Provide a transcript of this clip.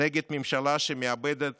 נגד ממשלה שמאבדת